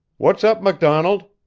what's up, macdonald?